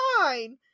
fine